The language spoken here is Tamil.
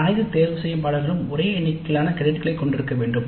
அனைத்து தேர்தல்களும் ஒரே எண்ணிக்கையிலான கிரெடிட்களை கொண்டிருக்க வேண்டும்